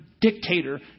dictator